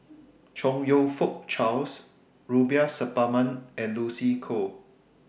Chong YOU Fook Charles Rubiah Suparman and Lucy Koh